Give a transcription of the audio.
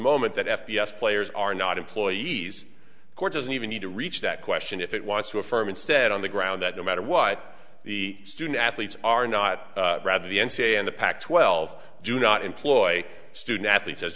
moment that f p s players are not employees court doesn't even need to reach that question if it wants to affirm instead on the ground that no matter what the student athletes are not rather the n c a a and the pac twelve do not employ student athletes as